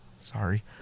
sorry